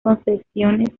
concesiones